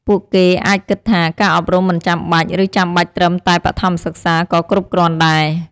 ពួកគេអាចគិតថា ការអប់រំមិនចាំបាច់ ឬចាំបាច់ត្រឹមតែបឋមសិក្សាក៏គ្រប់គ្រាន់ដែរ។